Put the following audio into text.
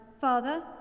Father